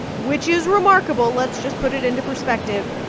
which is remarkable let's just put it into perspective.